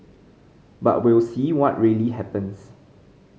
but we'll see what really happens